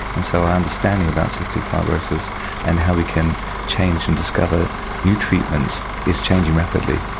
and so our understanding about cystic fibrosis and how we can change and discover new treatments is changing rapidly.